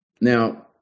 Now